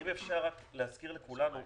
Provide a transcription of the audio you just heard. אם אפשר להזכיר לכולם,